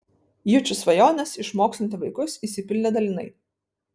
jučų svajonės išmokslinti vaikus išsipildė dalinai